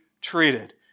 treated